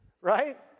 right